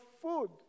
food